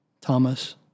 Thomas